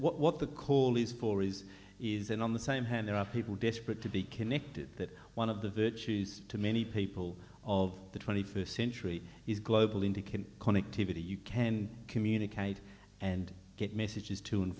what the call is for is isn't on the same hand there are people desperate to be connected that one of the virtues to many people of the twenty first century is global indicating connectivity you can communicate and get messages to and